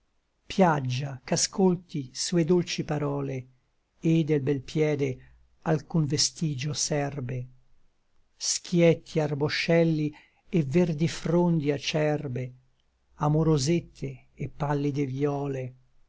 piaggia ch'ascolti sue dolci parole et del bel piede alcun vestigio serbe schietti arboscelli et verdi frondi acerbe amorosette et pallide vïole